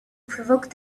provoked